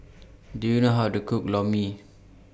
Do YOU know How to Cook Lor Mee